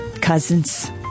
Cousins